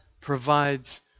provides